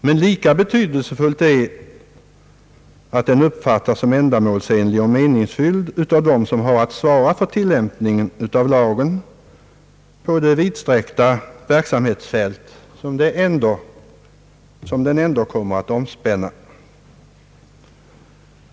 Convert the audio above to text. Men lika betydelsefullt är att den uppfattas såsom ändamålsenlig och meningsfylld av de personer som har att svara för lagens tillämpning på det vidsträckta verkningsfält som lagen ändock kommer att omspänna.